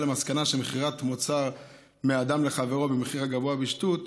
למסקנה שמכירת מוצר מאדם לחברו במחיר הגבוה בשתות,